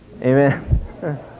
Amen